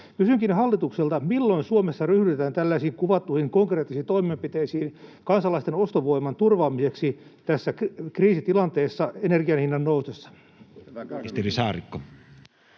Kysynkin hallitukselta: milloin Suomessa ryhdytään tällaisiin kuvattuihin konkreettisiin toimenpiteisiin kansalaisten ostovoiman turvaamiseksi tässä kriisitilanteessa energianhinnan noustessa?